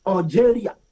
Algeria